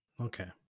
okay